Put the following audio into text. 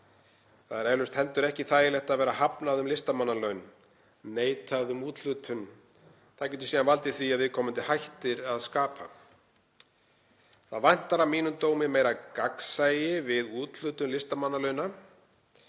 Það er eflaust heldur ekki þægilegt að vera synjað um listamannalaun, neitað um úthlutun. Það getur síðan valdið því að viðkomandi hættir að skapa. Að mínum dómi vantar meira gagnsæi við úthlutun listamannalauna